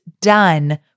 done